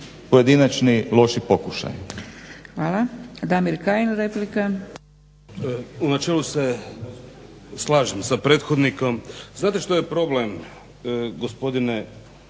pojedinačni loši pokušaji.